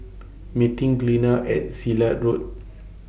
meeting Glenna At Silat Road